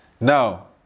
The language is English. Now